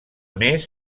més